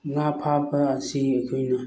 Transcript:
ꯉꯥ ꯐꯥꯕ ꯑꯁꯤ ꯑꯩꯈꯣꯏꯅ